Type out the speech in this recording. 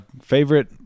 Favorite